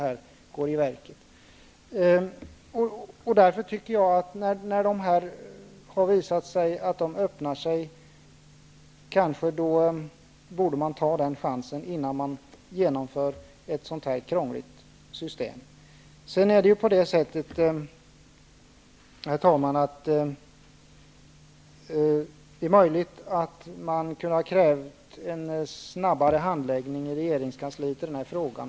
När det visar sig att möjligheten öppnar sig att finna dessa lösningar borde chansen tas innan ett krångligt system införs. Herr talman! Det är möjligt att det hade gått att kräva en snabbare handläggning i regeringskansliet av denna fråga.